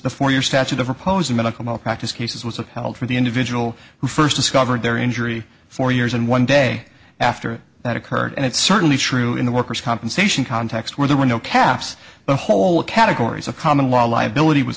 before your statute of repose in medical malpractise cases was upheld for the individual who first discovered their injury for years and one day after that occurred and it's certainly true in the workers compensation context where there were no caps the whole categories of common law liability was